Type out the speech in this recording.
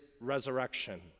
resurrection